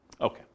Okay